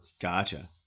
Gotcha